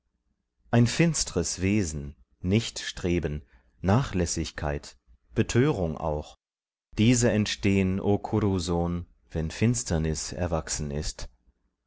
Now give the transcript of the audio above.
ein finstres wesen nichtstreben nachlässigkeit betörung auch diese entstehn o kuru sohn wenn finsternis erwachsen ist